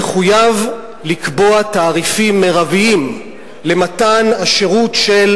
יחויב לקבוע תעריפים מרביים למתן שירות של